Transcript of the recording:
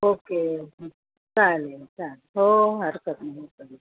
okay चालेल चालेल हो हरकत नाही हरकत नाही